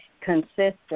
consistent